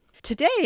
Today